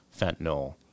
fentanyl